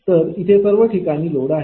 तर इथे सर्व ठिकाणी लोड आहे